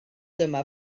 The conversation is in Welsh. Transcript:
dyma